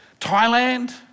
Thailand